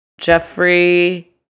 Jeffrey